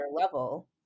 level